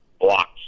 blocks